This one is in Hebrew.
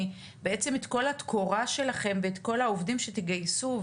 בעצם את כל התקורה שלכם ואת כל העובדים שתגייסו,